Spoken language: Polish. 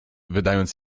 wydając